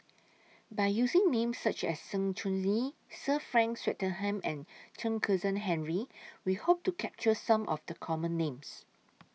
By using Names such as Sng Choon Yee Sir Frank Swettenham and Chen Kezhan Henri We Hope to capture Some of The Common Names